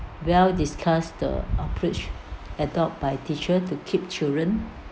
well-discussed the approach adopt by teacher to keep children